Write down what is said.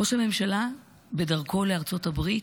ראש הממשלה בדרכו לארצות הברית,